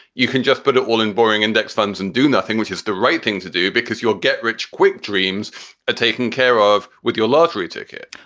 you can just put it all in boring index funds and do nothing, which is the right thing to do because you'll get rich quick. dreams are taken care of with your lottery ticket.